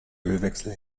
ölwechsel